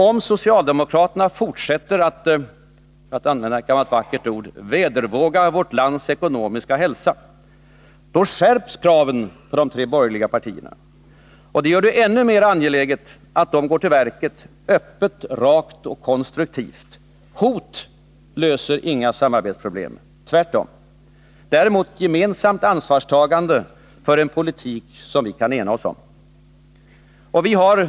Om socialdemokraterna fortsätter att — för att använda ett gammalt vackert ord — vedervåga vårt folks ekonomiska hälsa, då skärps kraven på de tre borgerliga partierna. Det gör det ännu mer angeläget att dessa går till verket öppet, rakt och konstruktivt. Hot löser inga samarbetsproblem, tvärtom. Det gör däremot ett gemensamt ansvarstagande för en politik som vi kan ena oss om.